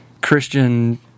Christian